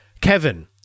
Kevin